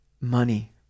money